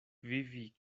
vivi